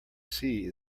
sea